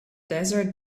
desert